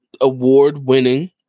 award-winning